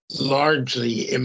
largely